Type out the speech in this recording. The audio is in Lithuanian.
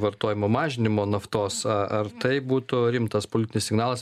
vartojimo mažinimo naftos ar tai būtų rimtas politinis signalas